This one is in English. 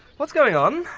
what's going on?